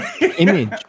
image